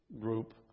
group